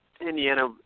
Indiana